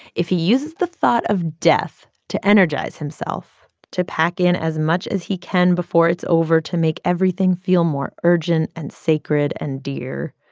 if he uses the thought of death to energize himself, to pack in as much as he can before it's over to make everything feel more urgent and sacred and dear,